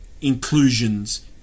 inclusions